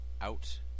out